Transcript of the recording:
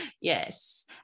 Yes